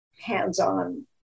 hands-on